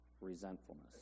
resentfulness